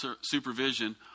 supervision